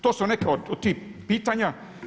To su neka od tih pitanja.